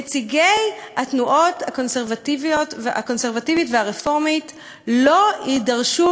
נציגי התנועות הקונסרבטיבית והרפורמית לא יידרשו